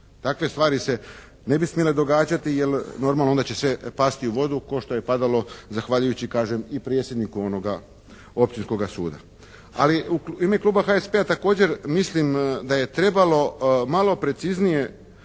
Dakle stvari se ne bi smjele događati jer onda će sve pasti u vodu kao što je padalo zahvaljujući kažem i predsjedniku onoga općinskoga suda. Ali u ime kluba HSP-a također mislim da je trebalo malo preciznije